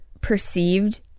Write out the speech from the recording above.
perceived